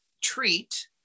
treat